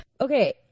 Okay